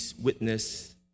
witness